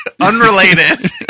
Unrelated